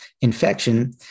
infection